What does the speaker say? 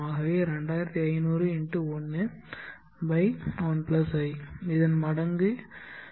ஆகவே 2500 x 1 by 1 i இதன் மடங்கு 7